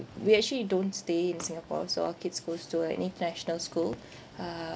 we actually don't stay in singapore so our kids goes to a international school uh